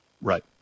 Right